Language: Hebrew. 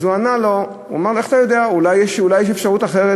הוא אמר לו: איך אתה יודע, אולי יש אפשרות אחרת?